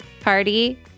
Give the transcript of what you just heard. party